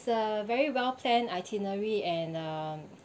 a very well planned itinerary and uh